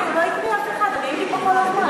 הוא לא הקריא את שמו של אף אחד, הייתי פה כל הזמן.